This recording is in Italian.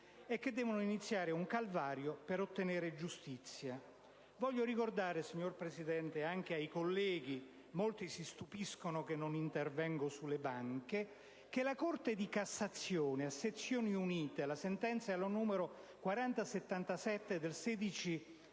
e devono iniziare un calvario per ottenere giustizia. Voglio ricordare anche ai colleghi - molti si stupiscono perché non intervengo sulle banche - che la Corte di cassazione a sezioni unite, con la sentenza n. 4077 del 16